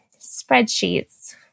Spreadsheets